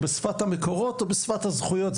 בשפת המקורות או בשפת הזכויות,